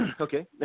okay